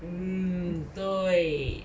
mm 对